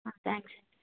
thanks